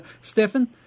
Stefan